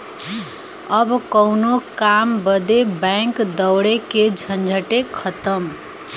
अब कउनो काम बदे बैंक दौड़े के झंझटे खतम